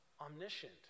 omniscient